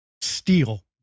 steal